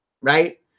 right